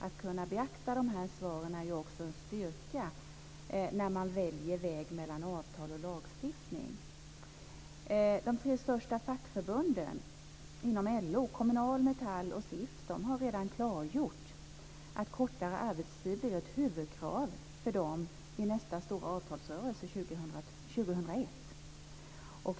Att kunna beakta de här svaren är ju också en styrka när man väljer väg mellan avtal och lagstiftning. De tre största fackförbunden inom LO - Kommunal, Metall och SIF - har redan klargjort att kortare arbetstid blir ett huvudkrav för dem i nästa stora avtalsrörelse, år 2001.